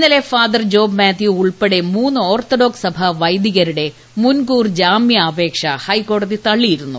ഇന്നലെ ഫാദർ ജോബ് മാത്യു ഉൾപ്പെടെ മൂന്ന് ഓർത്ത്ഡ്രോക്സ് സഭാ വൈദികരുടെ മുൻകൂർ ജാമ്യാപേക്ഷ ഹൈക്ക്ട്ടെതി തള്ളിയിരുന്നു